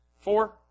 Four